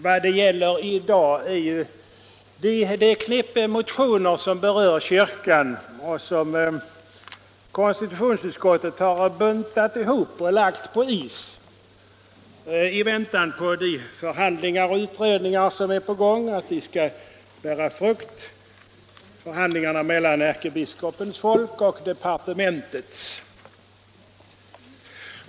Vad det gäller i dag är det knippe motioner som berör kyrkan och som konstitutionsutskottet buntat ihop och lagt på is i väntan på att pågående förhandlingar och utredningar skall bära frukt. Det gäller förhandlingarna mellan ärkebiskopens folk och departementet.